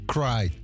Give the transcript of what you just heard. Cry